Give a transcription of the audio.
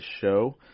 show